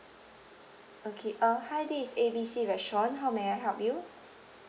okay uh hi this is A B C restaurant how may I help you